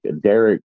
Derek